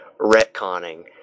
retconning